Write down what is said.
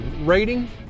rating